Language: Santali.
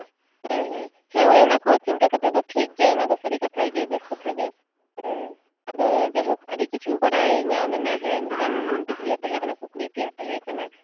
ᱦᱮᱸ ᱦᱮᱸ ᱦᱮᱸ ᱚᱱᱟᱠᱚ ᱪᱤᱱᱛᱟᱹ ᱠᱟᱛᱮ ᱫᱚ ᱴᱷᱤᱠᱜᱮ ᱚᱱᱟ ᱫᱚ ᱥᱟᱹᱨᱤ ᱠᱟᱛᱷᱟ ᱜᱮ ᱚᱱᱟ ᱫᱚ ᱵᱮᱥ ᱠᱟᱛᱷᱟ ᱜᱮ ᱦᱮᱸ ᱟᱫᱚ ᱡᱟᱭᱦᱳᱠ ᱟᱹᱰᱤ ᱠᱤᱪᱷᱩ ᱵᱟᱰᱟᱭ ᱧᱟᱢᱮᱱᱟ ᱦᱮᱸ ᱢᱤᱫᱴᱮᱱ ᱤᱭᱟᱹ ᱛᱟᱦᱮᱸ ᱠᱟᱱᱟ ᱠᱩᱠᱞᱤ ᱛᱮᱭᱟᱜ ᱛᱟᱦᱮᱸ ᱠᱟᱱᱟ